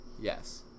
Yes